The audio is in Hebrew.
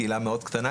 קהילה מאוד קטנה.